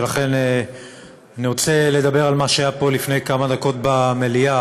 ולכן אני רוצה לדבר על מה שהיה פה לפני כמה דקות במליאה.